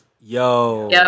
Yo